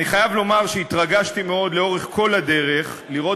אני חייב לומר שהתרגשתי מאוד לאורך כל הדרך לראות